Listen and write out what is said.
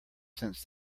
since